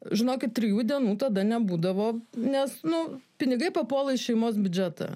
žinokit trijų dienų tada nebūdavo nes nu pinigai papuola į šeimos biudžetą